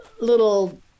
little